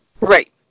Right